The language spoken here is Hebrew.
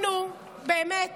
אנחנו באמת